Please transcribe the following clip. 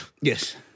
Yes